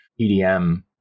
EDM